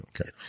Okay